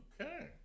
Okay